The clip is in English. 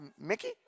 Mickey